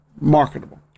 marketable